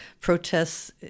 protests